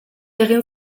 egin